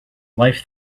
life